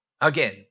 again